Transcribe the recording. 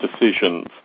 decisions